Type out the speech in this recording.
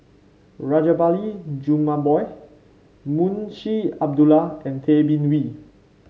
Rajabali Jumabhoy Munshi Abdullah and Tay Bin Wee